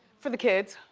for the kids.